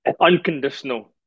Unconditional